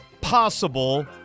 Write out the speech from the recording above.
possible